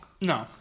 No